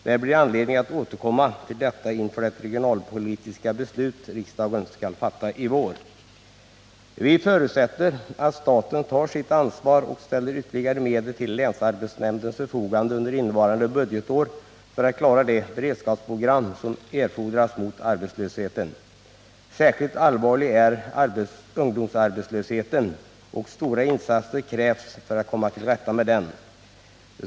Det blir anledning att återkomma till detta inför det regionalpolitiska beslut som riksdagen skall fatta i vår. Vi förutsätter att staten tar sitt ansvar och ställer ytterligare medel till länsarbetsnämndens förfogande under innevarande budgetår för att klara det beredskapsprogram som erfordras mot arbetslösheten. Särskilt allvarlig är ungdomsarbetslösheten, och stora insatser krävs för att komma till rätta med den.